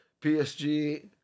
PSG